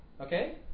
okay